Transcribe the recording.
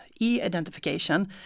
e-identification